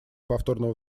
повторного